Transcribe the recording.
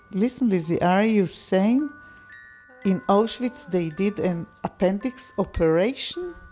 listen, lizzie, are you saying in auschwitz they did an appendix operation?